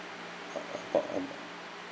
uh about um